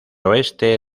oeste